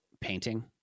painting